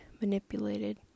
manipulated